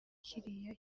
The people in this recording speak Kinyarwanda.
kiriya